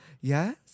Yes